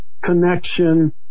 connection